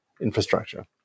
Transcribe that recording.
infrastructure